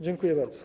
Dziękuję bardzo.